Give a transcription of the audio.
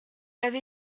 avait